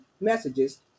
messages